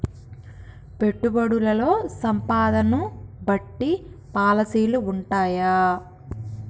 పెట్టుబడుల్లో సంపదను బట్టి పాలసీలు ఉంటయా?